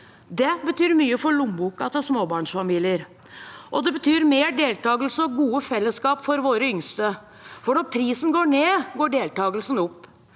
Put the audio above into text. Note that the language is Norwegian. Det betyr mye for lommeboka til småbarnsfamilier, og det betyr mer deltakelse og gode fellesskap for våre yngste – for når prisen går ned, går deltakelsen opp.